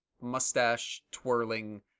mustache-twirling